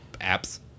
apps